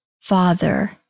Father